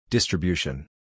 Distribution